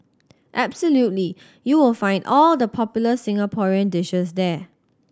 absolutely you will find all the popular Singaporean dishes there